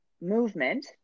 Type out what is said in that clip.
movement